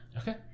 Okay